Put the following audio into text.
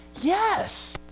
Yes